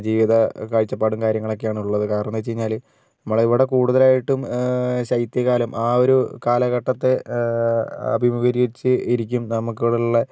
ജീവിത കാഴ്ചപ്പാടും കാര്യങ്ങളൊക്കെയാണ് ഉള്ളത് കാരണമെന്ന് വെച്ച് കഴിഞ്ഞാല് നമ്മള് ഇവിടെ കൂടുതലായിട്ടും ശൈത്യകാലം ആ ഒരു കാലഘട്ടത്തെ അഭിമുകീകരിച്ച് ഇരിക്കും നമുക്കിവിടുള്ള